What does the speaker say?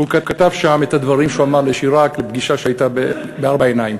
והוא כתב שם את הדברים שהוא אמר לשיראק בפגישה שהייתה בארבע עיניים.